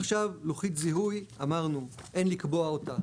עכשיו, לוחית זיהוי אמרנו, אין לקבוע אותה